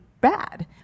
Bad